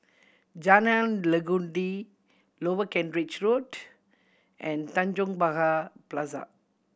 Jalan Legundi Lower Kent Ridge Road and Tanjong Pagar Plaza